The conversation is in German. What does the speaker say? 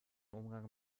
umgang